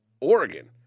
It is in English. Oregon